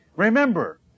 Remember